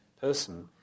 person